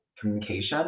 communication